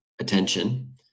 attention